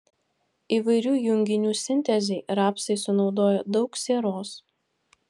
įvairių junginių sintezei rapsai sunaudoja daug sieros